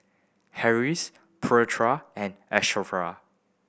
Harris Putra and Asharaff